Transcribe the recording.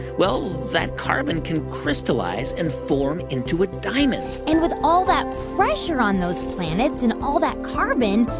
well, that carbon can crystallize and form into a diamond and with all that pressure on those planets and all that carbon,